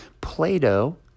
Plato